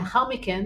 לאחר מכן